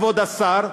כבוד השר,